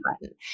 button